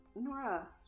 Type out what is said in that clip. Nora